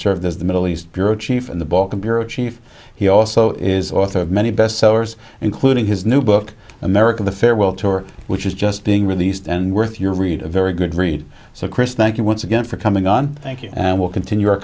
served as the middle east bureau chief and the balkan bureau chief he also is author of many bestsellers including his new book america the farewell tour which is just being released and worth your read a very good read so chris thank you once again for coming on thank you and we'll continue our